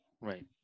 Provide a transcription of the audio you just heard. Right